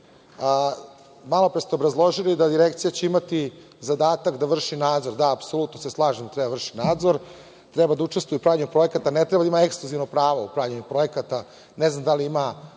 malopre ste obrazložili da će Direkcija imati zadatak da vrši nadzor, apsolutno se slažem da vrši nadzor, treba da učestvuje u pravljenju projekata, ne treba da ima ekskluzivno pravo u pravljenju projekata, ne znam da li ima